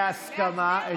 בהסכמה,